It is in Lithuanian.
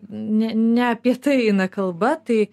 ne ne apie tai eina kalba tai